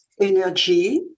energy